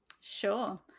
Sure